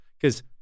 because-